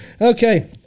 Okay